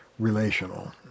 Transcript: relational